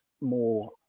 more